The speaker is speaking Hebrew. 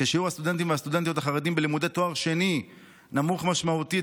כששיעור הסטודנטים והסטודנטיות החרדים בלימודי תואר שני נמוך משמעותית